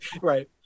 right